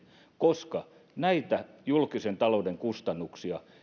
koska näitä julkisen talouden kustannuksia